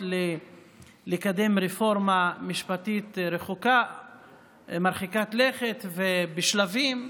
לקדם רפורמה משפטית מרחיקת לכת ובשלבים,